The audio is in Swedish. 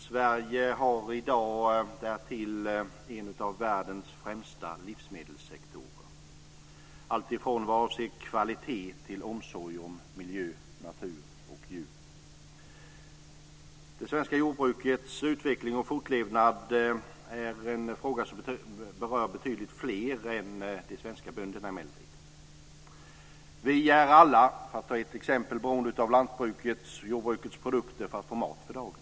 Sveriges livsmedelssektor tillhör i dag världens främsta - det gäller då allt, från kvalitet till omsorg om miljö, natur och djur. Det svenska jordbrukets utveckling och fortlevnad är emellertid en fråga som berör betydligt fler än de svenska bönderna. Vi är alla, för att ta ett exempel, beroende av lantbrukets, jordbrukets, produkter för att få mat för dagen.